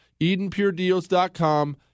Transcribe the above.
EdenPureDeals.com